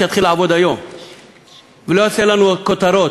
שיתחיל לעבוד היום ולא יעשה לנו כותרות